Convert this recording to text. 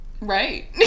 right